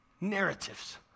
narratives